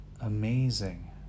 amazing